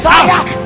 ask